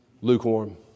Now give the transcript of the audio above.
Lukewarm